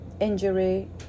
injury